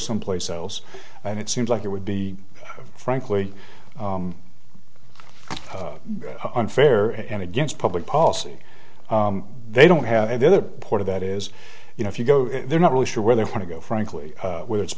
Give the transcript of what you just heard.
someplace else and it seems like it would be frankly unfair and against public policy they don't have and the other part of that is you know if you go they're not really sure where they want to go frankly whether it's